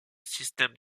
système